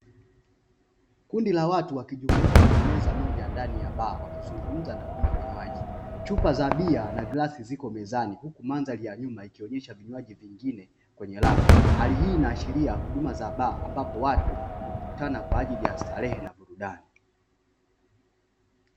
Kundi la watu wakijumuika kwenye meza moja ndani ya baa wakizungumza na kunywa vinywaji. Chupa za bia na glasi zipo mezani huku mandhari ya nyuma ikionyesha vinywaji vingine kwenye rafu, hali hii inaashiria huduma za baa ambapo watu hukutana kwa ajili ya starehe na burudani.